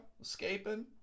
Escaping